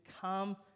come